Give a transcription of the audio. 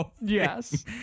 Yes